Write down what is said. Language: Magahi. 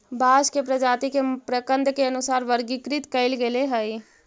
बांस के प्रजाती के प्रकन्द के अनुसार वर्गीकृत कईल गेले हई